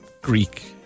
Greek